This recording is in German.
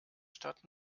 stadt